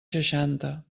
seixanta